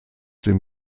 dem